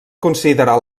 considerar